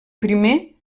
primer